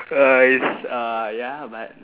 uh it's uh ya but